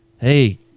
hey